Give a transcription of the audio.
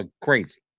crazy